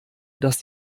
dass